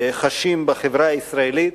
חשים בחברה הישראלית,